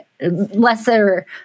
lesser